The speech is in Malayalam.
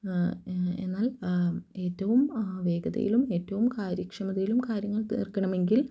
എന്നാൽ ഏറ്റവും വേഗതയിലും ഏറ്റോം കാര്യക്ഷമതയിലും കാര്യങ്ങൾ തീർക്കണമെങ്കിൽ